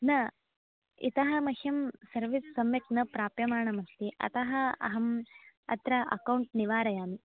न इतः मह्यं सर्विस् सम्यक् न प्राप्यमाणमस्ति अतः अहम् अत्र अकौण्ट् निवारयामि